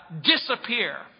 disappear